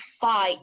fight